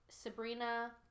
Sabrina